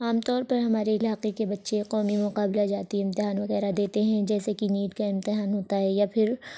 عام طور پر ہمارے علاقے کے بچے قومی مقابلہ جاتی امتحان وغیرہ دیتے ہیں جیسے کہ نیٹ کا امتحان ہوتا ہے یا پھر